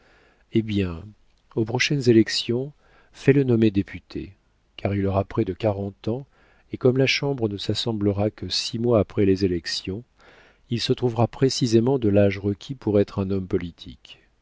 eh bien aux prochaines élections fais-le nommer député car il aura près de quarante ans et comme la chambre ne s'assemblera que six mois après les élections il se trouvera précisément de l'âge requis pour être un homme politique